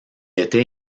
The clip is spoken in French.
était